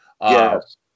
Yes